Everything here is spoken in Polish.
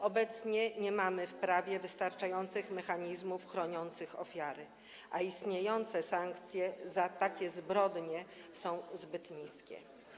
Obecnie nie mamy w prawie wystarczających mechanizmów chroniących ofiary, a sankcje za takie zbrodnie są zbyt niskie.